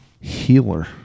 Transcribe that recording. healer